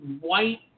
white